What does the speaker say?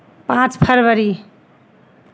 पाँच फरवरी